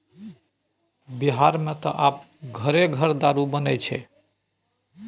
बिहारमे त आब घरे घर दारू बनैत छै